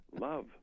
love